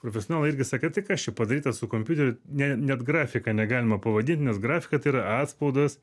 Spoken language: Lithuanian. profesionalai irgi sakė tai kas čia padaryta su kompiuteriu ne net grafika negalima pavadinti nes grafika tai yra atspaudas